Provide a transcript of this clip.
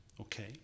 okay